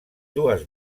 dues